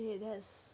shit that's